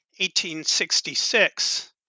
1866